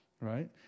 right